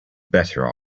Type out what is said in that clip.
better